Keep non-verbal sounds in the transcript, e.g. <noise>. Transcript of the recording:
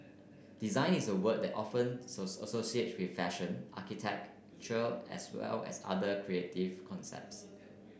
design is the word that often <unintelligible> associated with fashion architecture as well as other creative concepts